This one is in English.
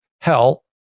Hell